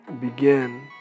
begin